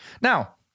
Now